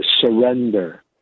surrender